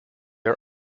are